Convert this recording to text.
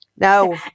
No